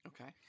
Okay